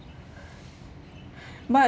but